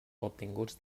obtinguts